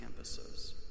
campuses